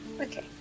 Okay